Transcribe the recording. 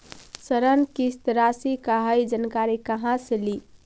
ऋण किस्त रासि का हई जानकारी कहाँ से ली?